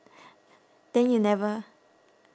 then you never